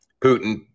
Putin